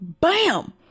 bam